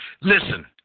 Listen